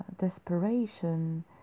desperation